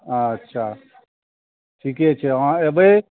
अच्छा ठीके छै अहाँ एबै